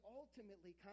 ultimately